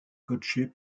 coachée